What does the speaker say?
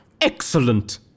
Excellent